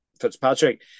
Fitzpatrick